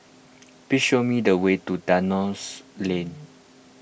please show me the way to Dalhousie Lane